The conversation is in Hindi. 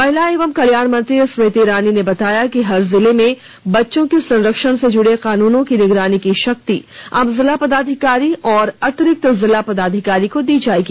महिला एवं कल्याण मंत्री स्मृति इरानी ने बताया कि हर जिले में बच्चों के संरक्षण से जुड़े कानूनों की निगरानी की शक्ति अब जिला पदाधिकारी और अतिरिक्त जिला पदाधिकारी को दी जाएगी